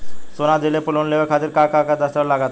सोना दिहले पर लोन लेवे खातिर का का दस्तावेज लागा ता?